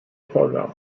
program